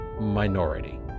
minority